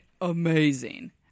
amazing